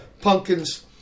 Pumpkins